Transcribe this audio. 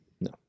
No